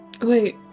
wait